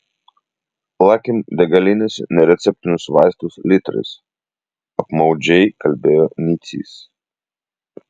lakim degalinėse nereceptinius vaistus litrais apmaudžiai kalbėjo nicys